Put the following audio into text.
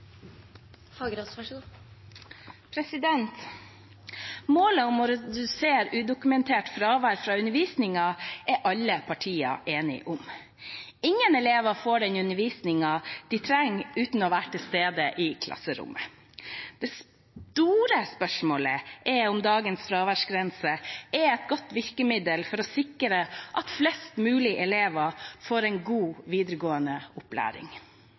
Målet om å redusere udokumentert fravær fra undervisningen er alle partier enige om. Ingen elever får den undervisningen de trenger, uten å være til stede i klasserommet. Det store spørsmålet er om dagens fraværsgrense er et godt virkemiddel for å sikre at flest mulig elever får en god videregående opplæring.